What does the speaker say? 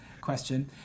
question